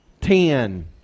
Ten